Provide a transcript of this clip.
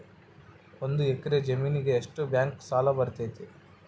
ಒಂದು ಎಕರೆ ಜಮೇನಿಗೆ ಎಷ್ಟು ಬ್ಯಾಂಕ್ ಸಾಲ ಬರ್ತೈತೆ?